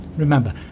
Remember